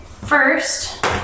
first